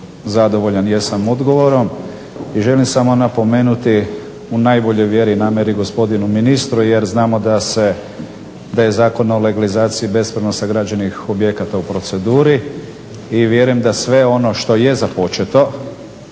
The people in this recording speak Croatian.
zadovoljan jesam odgovorom i želim samo napomenuti u najboljoj vjeri i namjeri gospodinu ministru jer znamo da je Zakon o legalizaciji bespravno sagrađenih objekata u proceduri i vjerujem da sve ono što je započeto